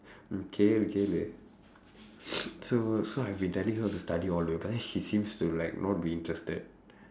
okay okay wait so so I've been telling her to study all the way but then she seems to like not be interested